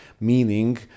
meaning